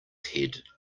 head